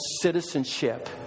citizenship